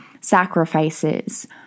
sacrifices